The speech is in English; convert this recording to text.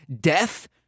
Death